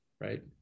Right